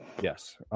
Yes